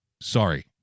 Sorry